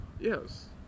Yes